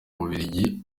bubiligi